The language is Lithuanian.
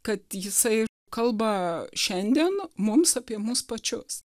kad jisai kalba šiandien mums apie mus pačius